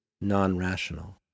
non-rational